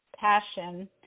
passion